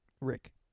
Rick